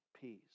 Peace